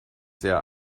sehr